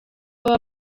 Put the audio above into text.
baba